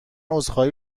عذرخواهی